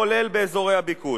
כולל באזורי הביקוש.